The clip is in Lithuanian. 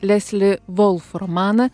lesli volformana